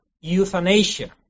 euthanasia